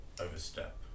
overstep